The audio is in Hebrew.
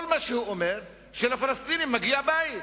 כל מה שהוא אומר הוא שלפלסטינים מגיע בית.